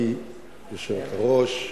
גברתי היושבת-ראש,